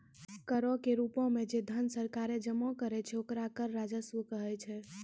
करो के रूपो मे जे धन सरकारें जमा करै छै ओकरा कर राजस्व कहै छै